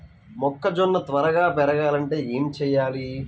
మొక్కజోన్న త్వరగా పెరగాలంటే ఏమి చెయ్యాలి?